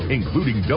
including